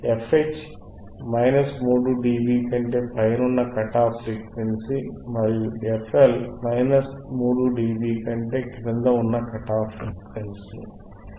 fH 3dB కంటే పైన ఉన్న కట్ ఆఫ్ఫ్రీక్వెన్సీ మరియు fL 3dB కంటే క్రింద ఉన్న కట్ ఆఫ్ఫ్రీక్వెన్సీ